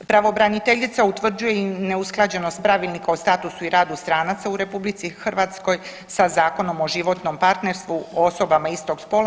Pravobraniteljica utvrđuje i neusklađenost s Pravilnikom o statusu i radu stranaca u RH sa Zakonom o životnom partnerstvu osobama istog spola.